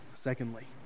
Secondly